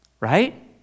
Right